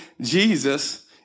Jesus